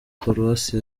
paruwasi